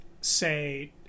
say